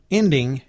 ending